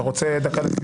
אתה רוצה דקה לסיום?